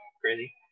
crazy